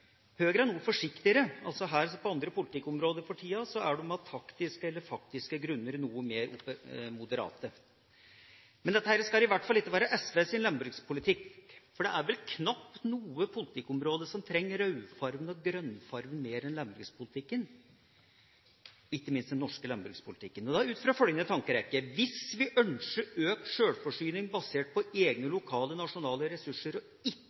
er noe forsiktigere. Her som på andre politikkområder for tida er de av taktiske eller faktiske grunner noe mer moderate. Dette skal iallfall ikke være SVs landbrukspolitikk. Det er vel knapt noe politikkområde som trenger rødfargen og grønnfargen mer enn landbrukspolitikken – ikke minst den norske landbrukspolitikken – ut fra følgende tankerekke: Hvis vi ønsker økt sjølforsyning basert på egne nasjonale, lokale ressurser, er ikke